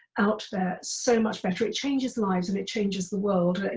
out there, so much better. it changes lives and it changes the world.